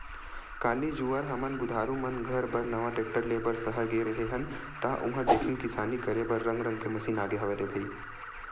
काली जुवर हमन बुधारु मन घर बर नवा टेक्टर ले बर सहर गे रेहे हन ता उहां देखेन किसानी करे बर रंग रंग के मसीन आगे हवय रे भई